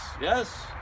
Yes